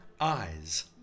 eyes